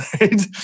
right